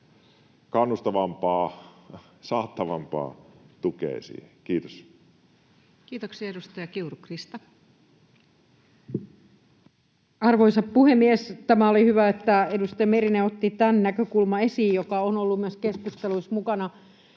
kannustavampaa ja saattavampaa tukea siihen. — Kiitos. Kiitoksia. — Edustaja Kiuru, Krista. Arvoisa puhemies! Oli hyvä, että edustaja Merinen otti tämän näkökulman esiin, joka on ollut myös keskusteluissa mukana.